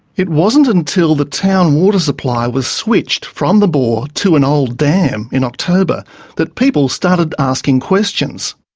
it wasn't until the town water supply was switched from the bore to an old dam in october that people started asking questions.